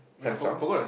Samsung